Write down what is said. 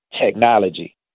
technology